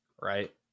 right